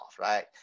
right